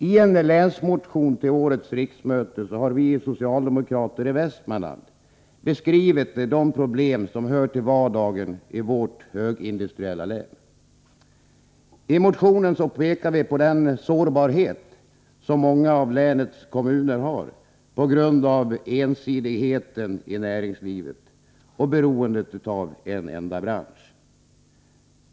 I en länsmotion till årets riksmöte har vi socialdemokrater i Västmanland beskrivit de problem som hör till vardagen i vårt högindustriella län. I motionen pekar vi på den sårbarhet som många av länets kommuner har på grund av ensidigheten i näringslivet och beroendet av en enda bransch.